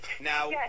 Now